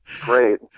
Great